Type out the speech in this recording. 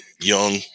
young